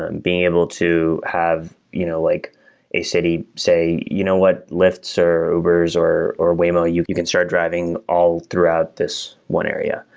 being able to have you know like a city say, you know what? lyfts, or ubers, or or waymo, you you can start driving all throughout this one area.